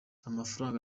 amafaranga